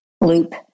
loop